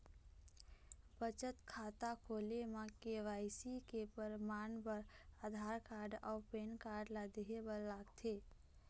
बचत खाता खोले म के.वाइ.सी के परमाण बर आधार कार्ड अउ पैन कार्ड ला देहे बर लागथे